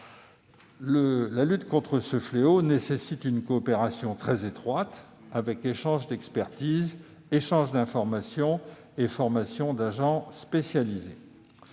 La lutte contre ce fléau nécessite une coopération très étroite reposant sur l'échange d'expertises, l'échange d'informations et la formation d'agents spécialisés.